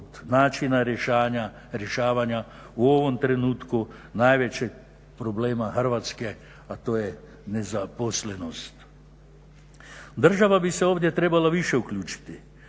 načina rješavanja u ovom trenutku najvećeg problema Hrvatske, a to je nezaposlenost. Država bi se ovdje trebala više uključiti